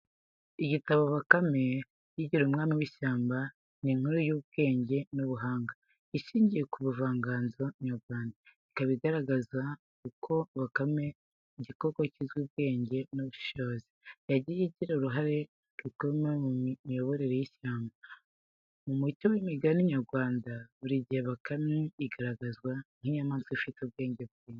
Igitabo “Bakame yigira Umwami w’Ishyamba.” Ni inkuru y’ubwenge n’ubuhanga ishingiye ku buvanganzo nyarwanda, ikaba igaragaza uko bakame, igikoko kizwiho ubwenge n’ubushishozi, yagiye agira uruhare rukomeye mu miyoborere y’ishyamba. Mu muco w'imigani nyarwanda buri gihe bakame agaragazwa nk'inyamanswa ifite ubwenge bwinshi.